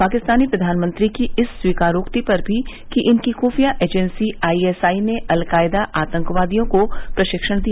पाकिस्तानी प्रधानमंत्री की इस स्वीकारोक्ति पर कि इनकी खुफिया एजेन्सी आई एस आई ने अलकायदा आतंकवादियों को प्रशिक्षण दिया